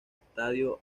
estadio